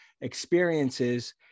experiences